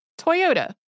Toyota